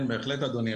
כן, בהחלט אדוני.